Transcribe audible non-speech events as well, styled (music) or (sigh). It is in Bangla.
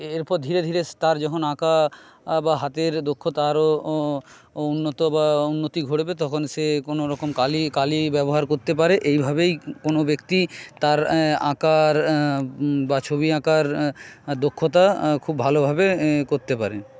(unintelligible) এরপর ধীরে ধীরে তার যখন আঁকা বা হাতের দক্ষতা আরও (unintelligible) উন্নত বা উন্নতি করবে তখন সে কোনো রকম কালি কালি ব্যবহার করতে পারে এইভাবেই কোনো ব্যাক্তি তার আঁকার বা ছবি আঁকার দক্ষতা খুব ভালোভাবে করতে পারে